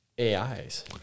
AIs